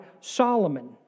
Solomon